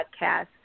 podcast